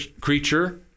creature